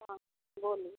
हाँ बोलें